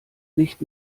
nicht